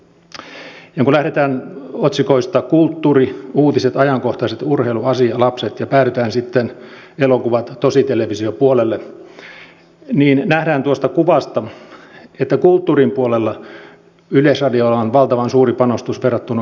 ja kun lähdetään otsikoista kulttuuri uutiset ajankohtaiset urheilu asia lapset ja päädytään sitten elokuvat ja tositelevisio puolelle niin nähdään tuosta kuvasta että kulttuurin puolella yleisradiolla on valtavan suuri panostus verrattuna kaupalliseen mediaan